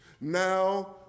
Now